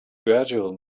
gradual